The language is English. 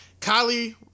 Kylie